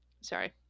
Sorry